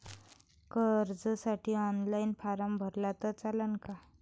कर्जसाठी online form भरला तर चालन का?